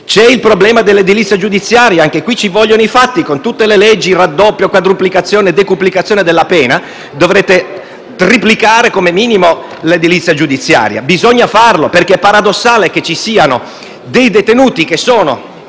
C'è il problema dell'edilizia giudiziaria e anche su questo servono i fatti: con tutte le leggi sul raddoppio, quadruplicazione e decuplicazione della pena, dovrete triplicare come minimo l'edilizia giudiziaria. Bisogna farlo perché è paradossale che ci siano detenuti in